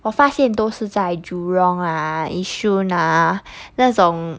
我发现都是在 jurong ah yishun ah 那种